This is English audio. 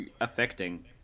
affecting